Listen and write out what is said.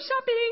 shopping